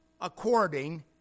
according